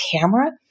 camera